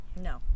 No